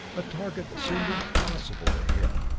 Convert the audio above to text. a target that seemed impossible to hit.